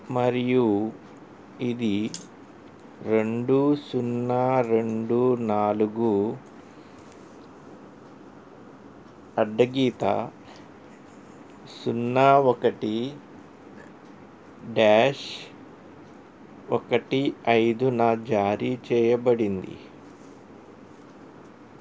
మరియు ఇది రెండు సున్నా రెండు నాలుగు అడ్డగీత సున్నా ఒకటి డ్యాష్ ఒకటి ఐదున జారీ చేయబడింది